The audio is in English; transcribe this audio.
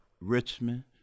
Richmond